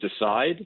decide